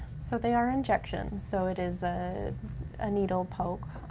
so they are injections, so it is a ah needle poke.